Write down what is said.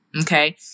Okay